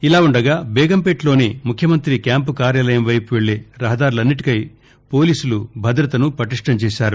ఇలా ఉండగా బేగంపేటలోని ముఖ్యమంతి క్యాంపు కార్యాలయం వైపు వెళ్లే రహదారులన్నిటిపై పోలీసులు భద్రతను పటిష్ణం చేశారు